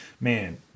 man